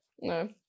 No